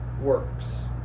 works